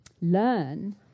learn